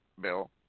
Bill